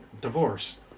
divorce